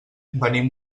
venim